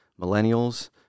millennials